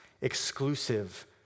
exclusive